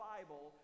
Bible